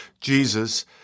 Jesus